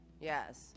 Yes